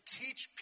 teach